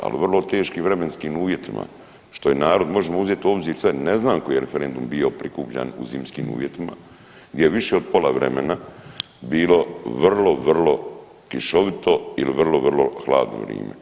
Ali u vrlo teškim vremenskim uvjetima što je narod možemo uzet u obzir sve ne znam koji je referendum bio prikupljan u zimskim uvjetima, gdje je više od pola vremena bilo vrlo vrlo kišovito il vrlo vrlo hladno vrime.